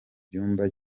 cyumba